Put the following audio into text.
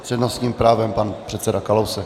S přednostním právem předseda Kalousek.